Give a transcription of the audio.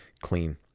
clean